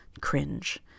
Cringe